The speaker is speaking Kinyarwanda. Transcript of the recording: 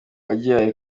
agihari